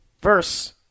verse